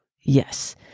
Yes